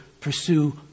pursue